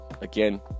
again